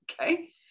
okay